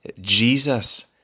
Jesus